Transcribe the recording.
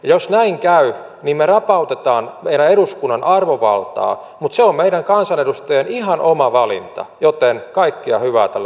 jos näin käy niin me rapautamme meidän eduskunnan arvovaltaa mutta se on ihan meidän kansanedustajien oma valinta joten kaikkea hyvää tälle aloitteelle